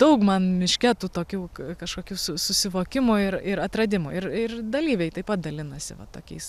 daug man miške tų tokių kažkokių su susivokimų ir ir atradimų ir ir dalyviai taip pat dalinasi va tokiais